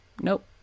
Nope